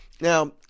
Now